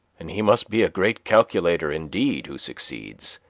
and he must be a great calculator indeed who succeeds.